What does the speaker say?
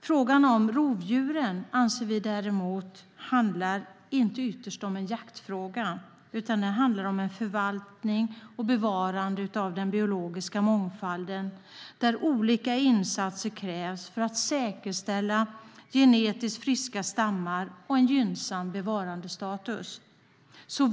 Frågan om rovdjuren handlar inte ytterst om jakt, anser vi, utan om förvaltning och bevarande av den biologiska mångfalden. Olika insatser krävs för att säkerställa genetiskt friska stammar och en gynnsam bevarandestatus.